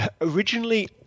Originally